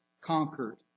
conquered